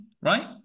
Right